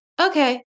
okay